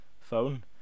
phone